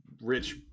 rich